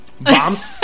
Bombs